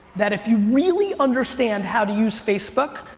that if you really understand how to use facebook,